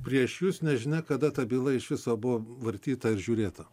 prieš jus nežinia kada ta byla iš viso buvo vartyta ir žiūrėta